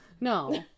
No